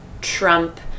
trump